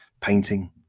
painting